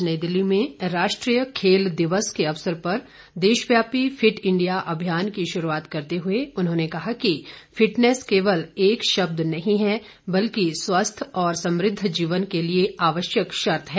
आज नई दिल्ली में राष्ट्रीय खेल दिवस के अवसर पर देशव्यापी फिट इंडिया अभियान की शुरूआत करते हुए उन्होंने कहा कि फिटनेस केवल एक शब्द नहीं है बल्कि स्वस्थ और समुद्ध जीवन के लिए आवश्यक शर्त है